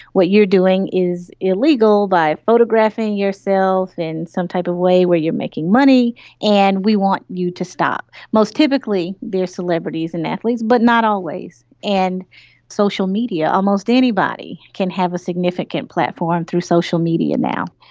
what you are doing is illegal, by photographing yourself in some type of way where you are making money and we want you to stop. most typically they are celebrities and athletes, but not always. and with social media almost anybody can have a significant platform through social media now.